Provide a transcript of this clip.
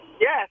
Yes